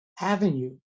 avenue